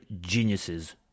geniuses